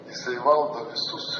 jisai valdo visus